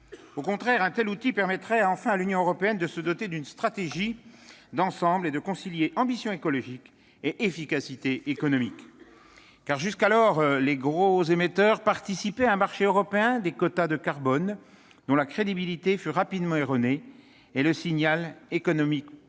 Au contraire, un tel outil permettrait enfin à l'Union européenne de se doter d'une stratégie d'ensemble et de concilier ambition écologique et efficacité économique. Jusqu'alors, les gros émetteurs participaient à un marché européen des quotas de carbone, qui a rapidement perdu sa crédibilité et qui a envoyé des signaux économiques